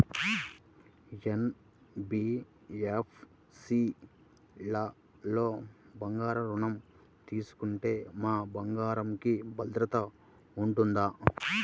NBFC లలో బంగారు ఋణం తీసుకుంటే మా బంగారంకి భద్రత ఉంటుందా?